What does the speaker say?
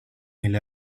mille